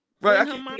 right